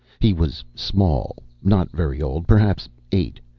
he was small, not very old. perhaps eight.